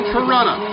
Corona